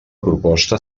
proposta